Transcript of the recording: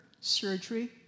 surgery